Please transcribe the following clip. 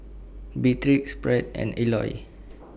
Beatriz Pratt and Eloy